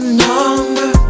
number